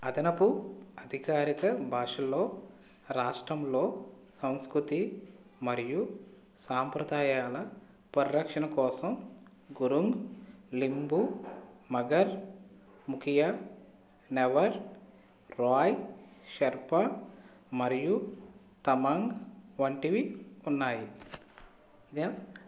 అదనపు అధికారిక భాషల్లో రాష్ట్రంలో సంస్కృతి మరియు సంప్రదాయాల పరిరక్షణ కోసం గురుంగ్ లింబు మగర్ ముఖియా నెవర్ రాయ్ షెర్పా మరియు తమాంగ్ వంటివి ఉన్నాయి దెన్